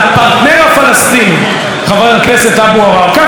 חבר הכנסת אבו עראר, ככה היא מדברת על אבו מאזן.